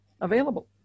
available